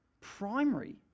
primary